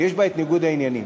ויש בה ניגוד העניינים.